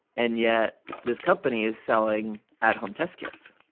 and yet this company is selling at-home test kits